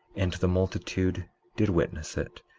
and the multitude did witness it,